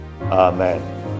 Amen